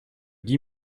guy